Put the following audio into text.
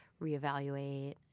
reevaluate